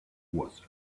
was